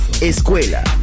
escuela